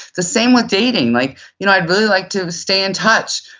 the same with dating. like you know i'd really like to stay in touch.